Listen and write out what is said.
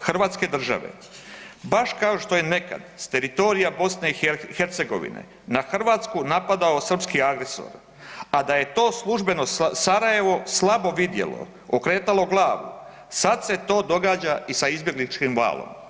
hrvatske države baš kao što je nekad s teritorija BiH na Hrvatsku napadao srpski agresor, a da je to službeno Sarajevo slabo vidjelo, okretalo glavu, sad se to događa i sa izbjegličkim valom.